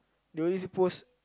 they always post